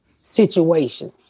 situation